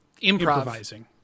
improvising